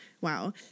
wow